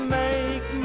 make